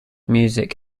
music